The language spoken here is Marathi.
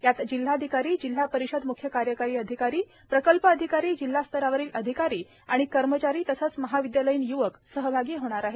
यात जिल्हाधिकारी जिल्हा परिषद म्ख्य कार्यकारी अधिकारी प्रकल्प अधिकारी जिल्हा स्तरावरील अधिकारी आणि कर्मचारी तसेच महाविद्यालयीन य्वक सहभागी होणार आहेत